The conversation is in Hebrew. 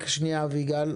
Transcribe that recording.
רק שנייה אביגל,